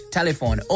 telephone